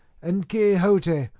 and quixote,